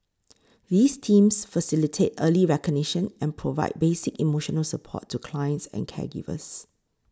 these teams facilitate early recognition and provide basic emotional support to clients and caregivers